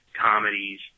comedies